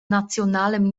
nationalem